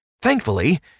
Thankfully